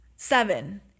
Seven